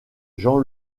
jean